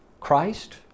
Christ